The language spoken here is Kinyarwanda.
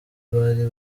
bari